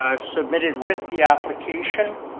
ah submitted with the application.